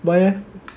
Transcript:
why leh